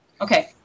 Okay